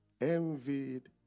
envied